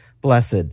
blessed